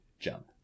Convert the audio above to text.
jump